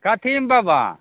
कथिमे बाबा